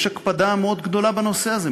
יש הקפדה מאוד גדולה בנושא הזה,